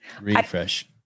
refresh